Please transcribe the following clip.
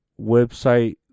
website